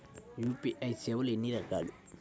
UPI సేవలు ఎన్నిరకాలు?